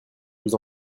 vous